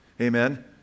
Amen